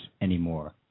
anymore